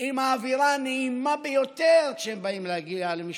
עם האווירה הנעימה ביותר כשהם מגיעים למשפחות.